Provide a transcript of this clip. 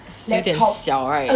是有点小 right